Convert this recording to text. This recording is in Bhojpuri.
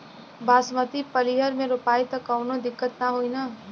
बासमती पलिहर में रोपाई त कवनो दिक्कत ना होई न?